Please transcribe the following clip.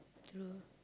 true